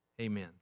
amen